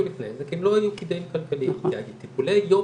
לפני זה כי הם לא היו כדאיים כלכליים כי טיפולי היום